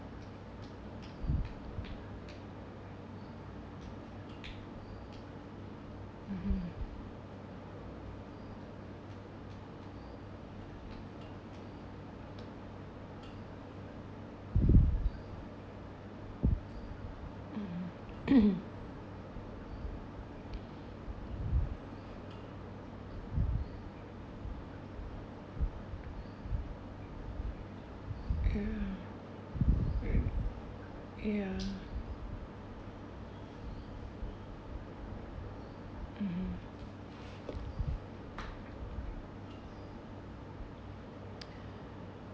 (uh huh) (uh huh) ya ya